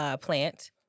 plant